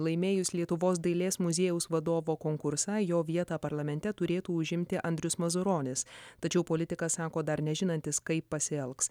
laimėjus lietuvos dailės muziejaus vadovo konkursą jo vietą parlamente turėtų užimti andrius mazuronis tačiau politikas sako dar nežinantis kaip pasielgs